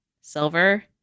silver